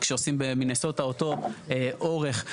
כשעושים במיניסוטה אותו אורך,